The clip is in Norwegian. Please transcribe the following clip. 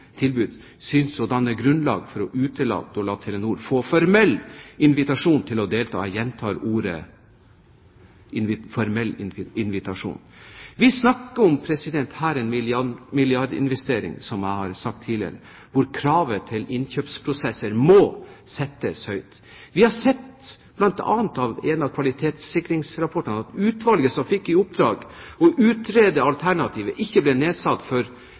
tilbud, synes å danne grunnlag for å utelate å la Telenor få formell invitasjon til å delta – jeg gjentar: formell invitasjon. Vi snakker her om en milliardinvestering – som jeg har sagt tidligere – hvor kravet til innkjøpsprosesser må settes høyt. Vi har bl.a. sett av én av kvalitetssikringsrapportene at utvalget som fikk i oppdrag å utrede alternativet, ikke ble nedsatt